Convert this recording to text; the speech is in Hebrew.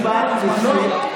משפט לסיום.